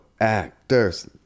actors